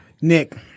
Nick